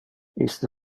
iste